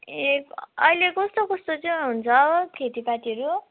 ए अहिले कस्तो कस्तो चाहिँ हुन्छ हौ खेतीपातीहरू